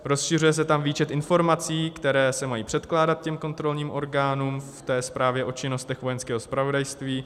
Rozšiřuje se tam výčet informací, které se mají předkládat kontrolním orgánům ve zprávě o činnostech Vojenského zpravodajství.